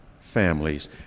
families